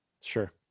Sure